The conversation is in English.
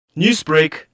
Newsbreak